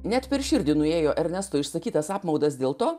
net per širdį nuėjo ernesto išsakytas apmaudas dėl to